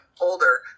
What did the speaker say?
older